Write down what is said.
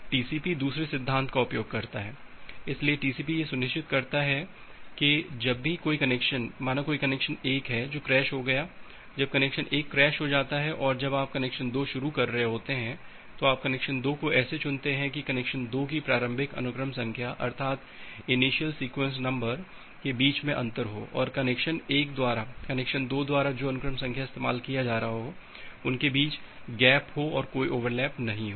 TCP दूसरे सिद्धांत का उपयोग करता है इसलिए टीसीपी यह सुनिश्चित करता है कि जब भी कोई कनेक्शन माना कोई कनेक्शन 1 है जो क्रैश हो गया जब कनेक्शन 1 क्रैश हो जाता है और जब आप कनेक्शन 2 शुरू कर रहे होते हैं तो आप कनेक्शन 2 को ऐसे चुनते हैं की कनेक्शन 2 की प्रारंभिक अनुक्रम संख्या अर्थात इनिशियल सीक्वेंस नंबर के बीच में अंतर हो और कनेक्शन 1 द्वारा और कनेक्शन 2 द्वारा जो अनुक्रम संख्या इस्तेमाल किया जा रहा हो उनके बीच गैप हो और कोई ओवरलैप नहीं हो